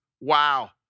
Wow